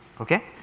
Okay